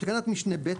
- בתקנת משנה (ב),